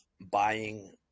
buying